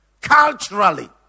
culturally